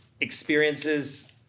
experiences